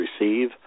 receive